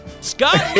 Scott